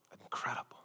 Incredible